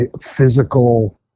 physical